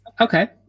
okay